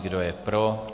Kdo je pro.